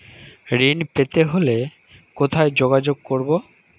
ঋণ পেতে হলে কোথায় যোগাযোগ করব?